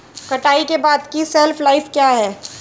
कटाई के बाद की शेल्फ लाइफ क्या है?